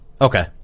Okay